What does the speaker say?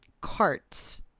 carts